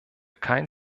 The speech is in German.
kein